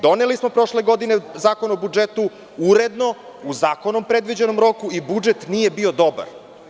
Doneli smo prošle godine Zakon o budžetu, uredno, u zakonom predviđenom roku i budžet nije bio dobar.